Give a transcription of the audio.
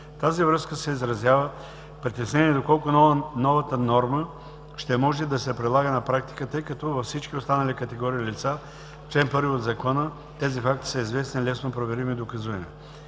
тази посока се изразява притеснение доколко новата норма ще може да се прилага на практика, тъй като във всички останали категории лица в чл. 1 от Закона, тези факти са известни, лесно проверими и доказуеми.